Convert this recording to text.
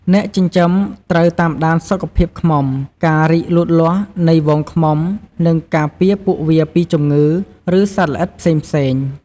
អ្នកចិញ្ចឹមត្រូវតាមដានសុខភាពឃ្មុំ ការរីកលូតលាស់នៃហ្វូងឃ្មុំ និងការពារពួកវាពីជំងឺ ឬសត្វល្អិតផ្សេងៗ។